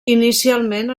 inicialment